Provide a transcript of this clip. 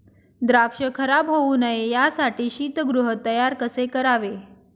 द्राक्ष खराब होऊ नये यासाठी शीतगृह तयार कसे करावे?